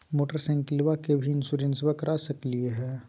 मोटरसाइकिलबा के भी इंसोरेंसबा करा सकलीय है?